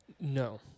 No